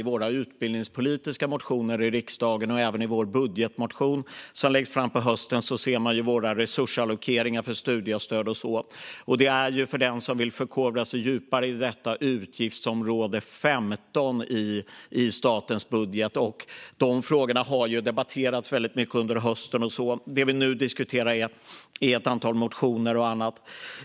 I våra utbildningspoliska motioner i riksdagen och även i vår budgetmotion som läggs fram på hösten ser man våra resursallokeringar för studiestöd och så vidare. För den som vill förkovra sig djupare i detta är det utgiftsområde 15 i statens budget. De frågorna har debatterats väldigt mycket under hösten. Det vi nu diskuterar är ett antal motioner och annat.